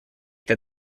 that